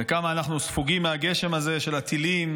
וכמה אנחנו ספוגים מהגשם הזה של הטילים,